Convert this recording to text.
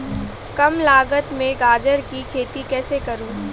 कम लागत में गाजर की खेती कैसे करूँ?